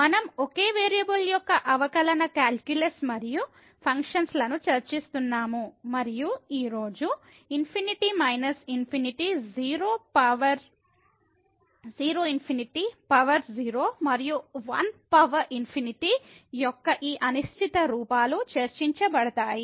మనం ఒకే వేరియబుల్ యొక్క అవకలన కాలిక్యులస్ మరియు ఫంక్షన్స్ లను చర్చిస్తున్నాము మరియు ఈ రోజు infinity minus infinity 0 power 0 infinity power 0 మరియు 1 పవర్ ఇన్ఫినిటీ యొక్క ఈ అనిశ్చిత రూపాలు చర్చించబడతాయి